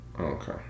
Okay